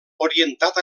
orientat